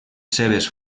seves